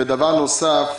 דבר נוסף,